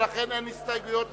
ולכן אין הסתייגויות בפנינו.